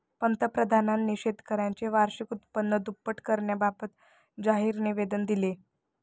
पंतप्रधानांनी शेतकऱ्यांचे वार्षिक उत्पन्न दुप्पट करण्याबाबत जाहीर निवेदन दिले